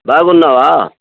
బాగున్నావా